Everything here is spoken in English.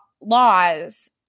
laws